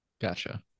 gotcha